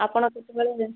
ଆପଣ କେତେବେଳେ